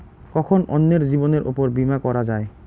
কখন অন্যের জীবনের উপর বীমা করা যায়?